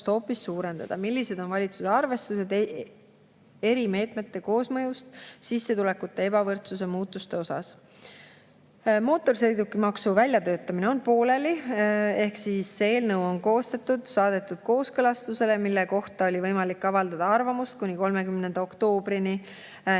hoopis suurendada? Millised on valitsuse arvestused eri meetmete koosmõjust sissetulekute ebavõrdsuse muutuste osas?" Mootorsõidukimaksu väljatöötamine on pooleli, ehk siis see eelnõu on koostatud ja saadetud kooskõlastusele. Selle kohta oli võimalik avaldada arvamust kuni 30. oktoobrini.